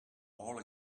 all